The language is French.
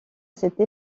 cette